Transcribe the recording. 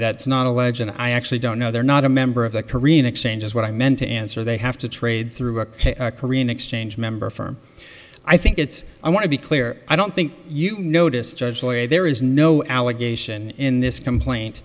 that's not a legend i actually don't know they're not a member of the korean exchange is what i meant to answer they have to trade through a korean exchange member firm i think it's i want to be clear i don't think you notice judge lawyer there is no allegation in this complain